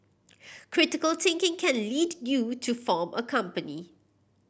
critical thinking can lead you to form a company